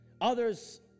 others